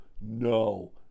No